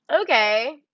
okay